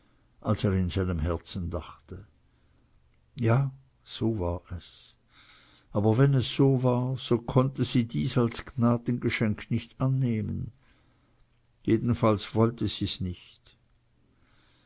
in seinem herzen dachte ja so war es aber wenn es so war so konnte sie dies gnadengeschenk nicht annehmen jedenfalls wollte sie's nicht